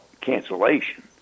cancellation